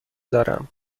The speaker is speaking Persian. دارم